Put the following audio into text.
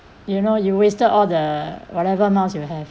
you know you wasted all the whatever miles you have